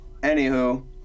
anywho